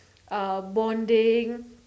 uh bonding